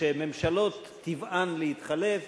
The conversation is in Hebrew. שממשלות טבען להתחלף,